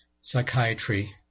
psychiatry